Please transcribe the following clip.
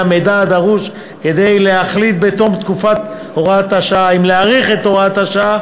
המידע הדרוש כדי להחליט בתום תקופת הוראת השעה אם להאריך את הוראת השעה